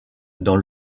dans